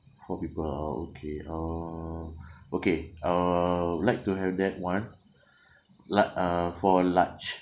four people oh okay uh okay uh like to have that [one] lar~ uh for large